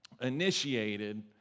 initiated